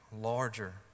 larger